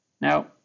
Now